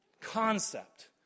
concept